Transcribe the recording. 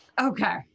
Okay